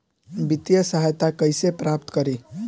वित्तीय सहायता कइसे प्राप्त करी?